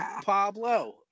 Pablo